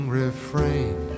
refrain